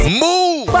move